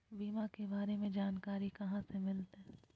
बीमा के बारे में जानकारी कहा से मिलते?